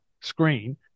screen